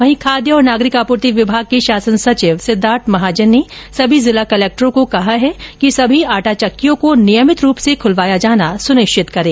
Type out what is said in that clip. वही खाद्य और नागरिक आपूर्ति विभाग के शासन सचिव सिद्धार्थ महाजन ने सभी जिला कलेक्टरों को निर्देश दिए है कि सभी आटा चक्कियों को नियमित रूप से खुलवाया जाना सुनिश्चित करें